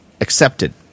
accepted